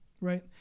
right